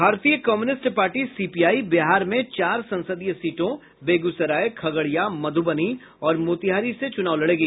भारतीय communist party CPI Bihar में चार संसदीय सीटों बेगूसराय खगड़िया मधुबनी और मोतिहारी से चुनाव लड़ेगी